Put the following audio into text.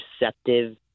receptive